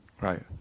Right